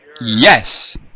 Yes